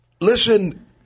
Listen